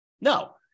No